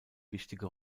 wichtige